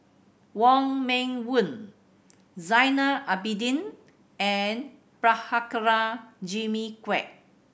Wong Meng Voon Zainal Abidin and Prabhakara Jimmy Quek